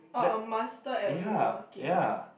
orh a master at woodworking